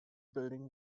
building